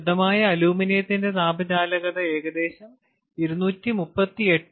ശുദ്ധമായ അലുമിനിയത്തിന്റെ താപചാലകത ഏകദേശം 238WmK ആണ്